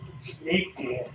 Snake